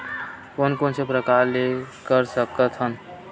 कोन कोन से प्रकार ले कर सकत हन?